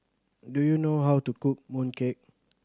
do you know how to cook mooncake